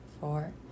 four